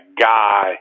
guy